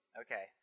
Okay